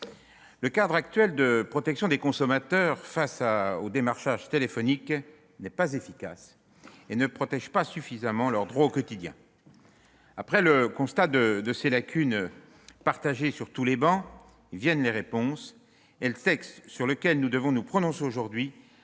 le cadre actuel de protection des consommateurs face au démarchage téléphonique n'est pas efficace et ne protège pas suffisamment leurs droits au quotidien. Après le constat de ces lacunes, partagé sur toutes les travées de notre hémicycle, vient le temps des réponses. Le texte sur lequel nous devons nous prononcer aujourd'hui